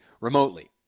remotely